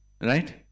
Right